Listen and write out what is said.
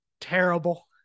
terrible